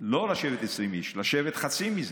שלא לשבת 20 איש, לשבת חצי מזה,